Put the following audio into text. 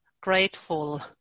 grateful